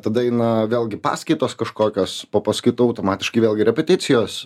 tada eina vėlgi paskaitos kažkokios po paskaitų automatiškai vėlgi repeticijos